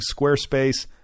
Squarespace